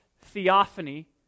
theophany